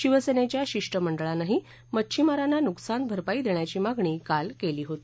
शिवसेनेच्या शिष्टमंडळानंही मच्छिमारांना नुकसानभरपाई देण्याची मागणी काल केली होती